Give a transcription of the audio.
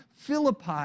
Philippi